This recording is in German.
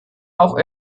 auch